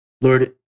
lord